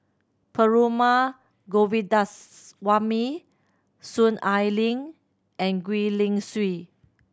Perumal Govindaswamy Soon Ai Ling and Gwee Li Sui